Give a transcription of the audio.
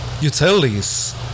utilities